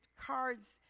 cards